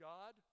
God